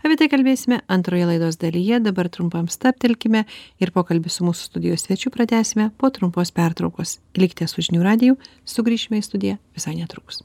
apie tai kalbėsime antroje laidos dalyje dabar trumpam stabtelkime ir pokalbį su mūsų studijos svečiu pratęsime po trumpos pertraukos likite su žinių radiju sugrįšime į studiją visai netrukus